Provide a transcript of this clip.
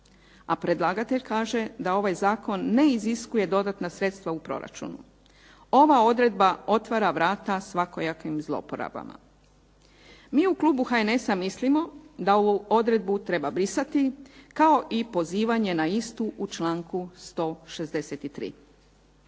A predlagatelj kaže da ovaj zakon ne iziskuje dodatna sredstva u proračunu. Ova odredba otvara vrata svakojakim zlouporabama. Mi u klubu HNS-a mislimo da ovu odredbu treba brisati, kao i pozivanje na istu u članku 163.